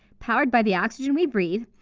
powered by the oxygen we breath,